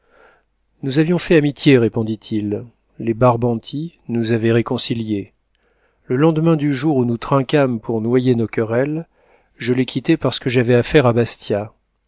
nous avions fait amitié répondit-il les barbanti nous avaient réconciliés le lendemain du jour où nous trinquâmes pour noyer nos querelles je les quittai parce que j'avais affaire à bastia